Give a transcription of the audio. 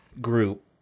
group